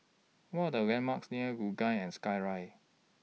What Are The landmarks near Luge and Skyride